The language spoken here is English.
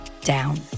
down